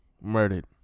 Murdered